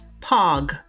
POG